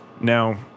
Now